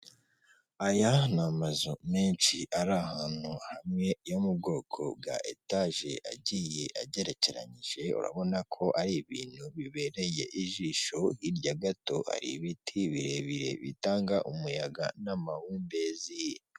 Aya ni amazu menshi ari ahantu hamwe yo mu bwoko bwa etaje agiye agekereranyije urabona ko ari ibintu bibereye ijisho hirya gato ari ibiti birebire bitanga umuyaga n'amahumbezi.